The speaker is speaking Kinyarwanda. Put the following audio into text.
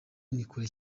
nikure